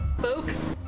Folks